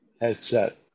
headset